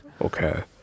okay